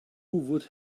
would